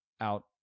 out